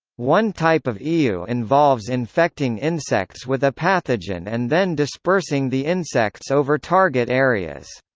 one type of ew involves infecting insects with a pathogen and then dispersing the insects over target areas.